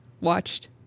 watched